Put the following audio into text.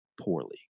poorly